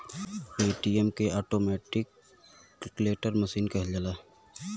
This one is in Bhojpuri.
ए.टी.एम के ऑटोमेटिक टेलर मसीन कहल जाला